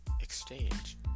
exchange